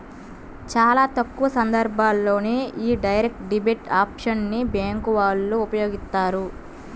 చాలా తక్కువ సందర్భాల్లోనే యీ డైరెక్ట్ డెబిట్ ఆప్షన్ ని బ్యేంకు వాళ్ళు ఉపయోగిత్తారు